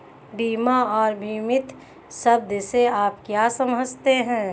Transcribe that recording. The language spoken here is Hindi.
बीमा और बीमित शब्द से आप क्या समझते हैं?